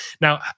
Now